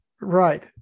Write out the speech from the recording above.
right